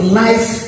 life